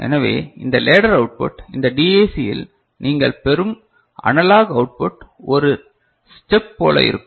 எனவே இந்த ladder output இந்த டிஏசியில் நீங்கள் பெறும் அனலாக் அவுட்புட் ஒரு ஸ்டெப் போல இருக்கும்